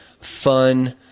fun